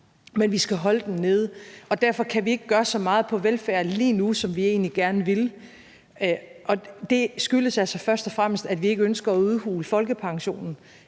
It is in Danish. men vi skal holde den nede, og derfor kan vi ikke gøre så meget på velfærdsområdet lige nu, som vi egentlig gerne ville. Det skyldes først og fremmest, at vi ikke ønsker at udhule folkepensionen,